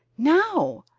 now!